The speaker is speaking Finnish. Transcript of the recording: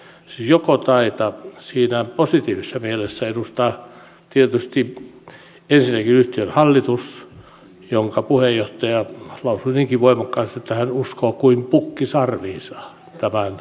siis jokotaita siinä positiivisessa mielessä edustaa tietysti ensinnäkin yhtiön hallitus jonka puheenjohtaja lausui niinkin voimakkaasti että hän uskoo kuin pukki sarviinsa tämän onnistumiseen